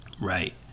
Right